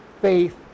faith